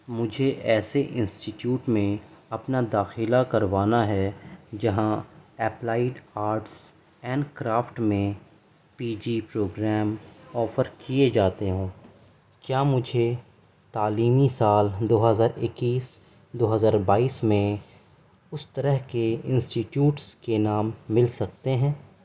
مجھے ایسے institute میں اپںا داخلہ کروانا ہے جہاں اپلائڈ آرٹس اینڈ کرافٹ میں پی جی پروگریم آفر کیے جاتے ہوں کیا مجھے تعلیمی سال دو ہزار اکیس دو ہزار بائیس میں اس طرح کے انسٹی ٹیوٹس کے نام مل سکتے ہیں